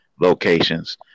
locations